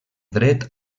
dret